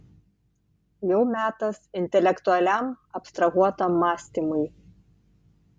jau metas intelektualiam abstrahuotam mąstymui